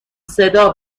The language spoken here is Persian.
صدا